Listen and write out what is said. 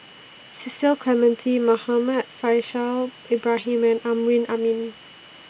Cecil Clementi Muhammad Faishal Ibrahim and Amrin Amin